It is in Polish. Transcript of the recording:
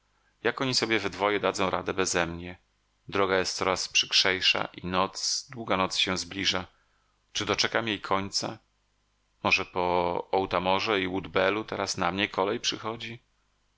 jak oni sobie we dwoje dadzą radę bezemnie droga jest coraz przykrzejsza a noc długa noc się zbliża czy doczekam jej końca może po otamorze i woodbellu teraz na mnie kolej przychodzi